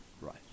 Right